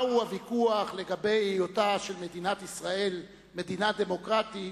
מהו הוויכוח לגבי היותה של מדינת ישראל מדינה דמוקרטית.